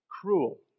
Cruel